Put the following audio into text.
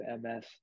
MS